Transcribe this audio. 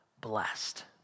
blessed